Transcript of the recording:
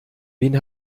wen